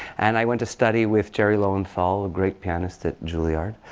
and i went to study with jerry lowenthal, a great pianist at juilliard.